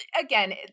again